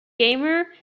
gamers